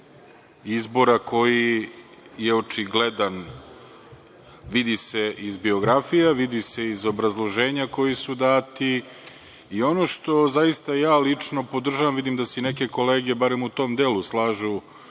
izbora koji je očigledan, vidi se iz biografija, vidi se iz obrazloženja koja su data. Ono što zaista ja lično podržavam, a vidim da se neke kolege barem u tom delu slažu